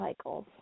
cycles